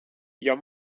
jag